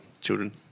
children